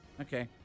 Okay